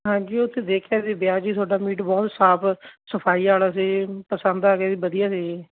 ਹਾਂਜੀ ਉਹ ਤਾਂ ਦੇਖਿਆ ਸੀ ਵਿਆਹ ਵਿੱਚ ਤੁਹਾਡਾ ਮੀਟ ਬਹੁਤ ਸਾਫ ਸਫਾਈ ਵਾਲਾ ਅਤੇ ਪਸੰਦ ਆ ਗਿਆ ਵਧੀਆ ਸੀ ਜੀ